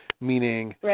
meaning